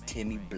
Timmy